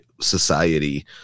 society